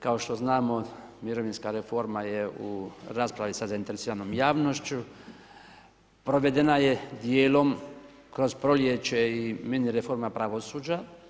Kao što znamo mirovinska reforma je u raspravi sa zainteresiranom javnošću, provedena je dijelom kroz proljeće i mini reforma pravosuđa.